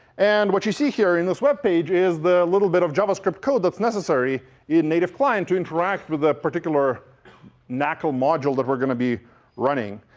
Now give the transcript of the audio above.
and what you see here in this web page is the little bit of javascript code that's necessary in native client to interract with the particular nacl module that we're going to be running.